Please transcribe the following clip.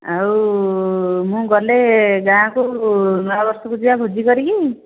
ଆଉ ମୁଁ ଗଲେ ଗାଁ କୁ ନୂଆ ବର୍ଷକୁ ଯିବା ଭୋଜି କରିକି